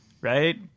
right